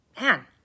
man